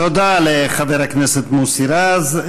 תודה לחבר הכנסת מוסי רז.